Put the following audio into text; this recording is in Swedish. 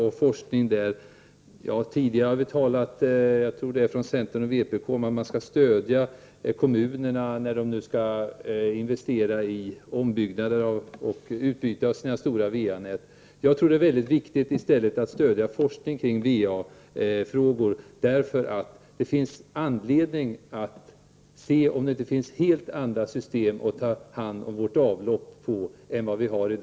Centern och vpk har tidigare talat om att kommunerna bör stödjas nu när de skall investera i ombyggnad och utbyte av sina stora VA-nät. Det är väldigt viktigt att i stället stödja forskning kring VA frågor, därför att det finns anledning att se om det inte finns helt andra system som kan användas för att ta hand om vårt avlopp.